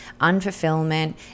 unfulfillment